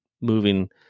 Moving